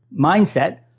mindset